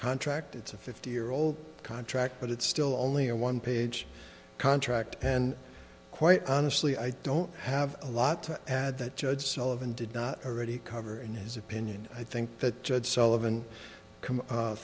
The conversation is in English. contract it's a fifty year old contract but it's still only a one page contract and quite honestly i don't have a lot to add that judge sullivan did not already cover in his opinion i think that sullivan